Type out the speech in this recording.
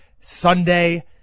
Sunday